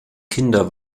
kinder